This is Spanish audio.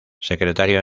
secretario